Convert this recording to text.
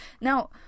now